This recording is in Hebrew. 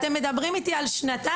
אתם מדברים איתי על שנתיים,